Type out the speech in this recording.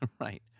Right